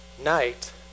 night